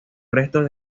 restos